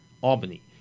Albany